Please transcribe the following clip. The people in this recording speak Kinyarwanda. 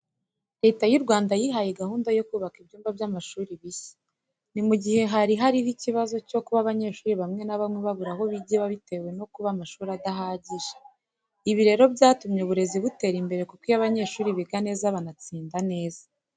Leta y'u Rwanda yihaye gahunda yo kubaka ibyumba by'amashuri bishya. Ni mu gihe hari hariho ikibazo cyo kuba abanyeshuri bamwe na bamwe babura aho bigira bitewe no kuba amashuri adahagije. Ibi rero byatumye uburezi butera imbere kuko iyo abanyeshuri biga neza banatsinda neza.